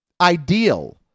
ideal